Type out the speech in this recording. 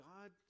God